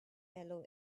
yellow